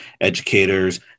educators